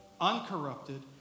uncorrupted